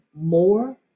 more